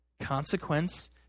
consequence